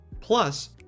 Plus